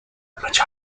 majority